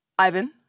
Ivan